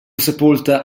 sepolta